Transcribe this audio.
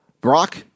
Brock